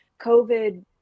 COVID